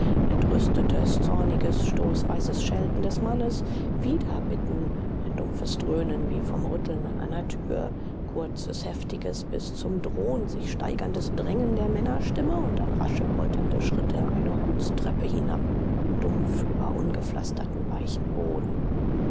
entrüstetes zorniges stoßweises schelten des mannes wieder bitten ein dumpfes dröhnen wie vom rütteln an einer tür kurzes heftiges bis zum drohen sich steigerndes drängen der männerstimme und dann rasche polternde schritte eine holztreppe hinab dumpf über ungepflasterten weichen boden